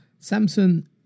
Samsung